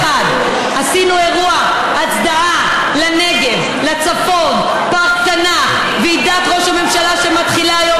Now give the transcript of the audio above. תודה לך על השותפות ועל שהצטרפת למסע הזה,